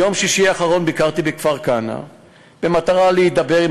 ביום שישי האחרון ביקרתי בכפר-כנא במטרה להידבר עם